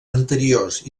anteriors